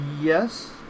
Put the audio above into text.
Yes